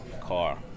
car